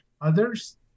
others